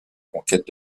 conquête